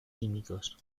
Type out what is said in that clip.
químicos